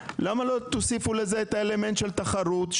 למה לא תוסיפו לזה את האלמנט של תחרות,